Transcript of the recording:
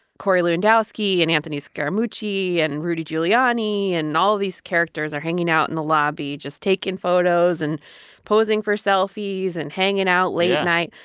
corey lewandowski, and anthony scaramucci, and rudy giuliani and all of these characters are hanging out in the lobby just taking photos, and posing for selfies and hanging out late night.